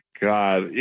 God